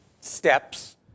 steps